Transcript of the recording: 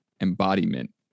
embodiment